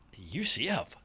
UCF